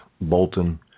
Bolton